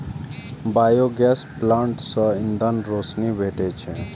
biogas plant सं ईंधन, रोशनी भेटै छै